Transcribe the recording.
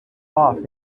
off